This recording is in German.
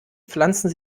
pflanzen